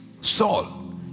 Saul